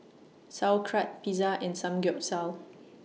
Sauerkraut Pizza and Samgeyopsal